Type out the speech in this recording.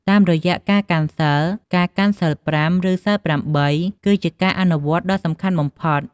តាមរយៈការកាន់សីល ការកាន់សីលប្រាំ ឬសីលប្រាំបី គឺជាការអនុវត្តដ៏សំខាន់បំផុត។